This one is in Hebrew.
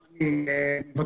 השינוי,